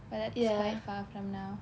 ya